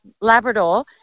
Labrador